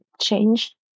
change